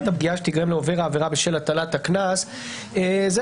הפגיעה שתיגרם לעובר העבירה בשל הטלת הקנס"; זו